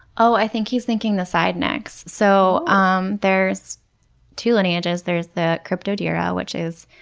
oh, i think he's thinking the side-necks. so um there's two lineages. there's the cryptodira, which is